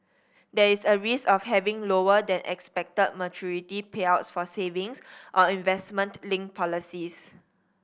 there is a risk of having lower than expected maturity payouts for savings or investment linked policies